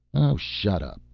oh shut up!